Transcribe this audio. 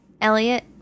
Elliot